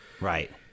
Right